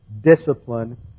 discipline